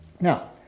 Now